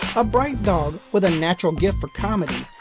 a bright dog with a natural gift for comedy,